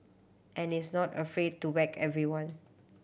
and is not afraid to whack everyone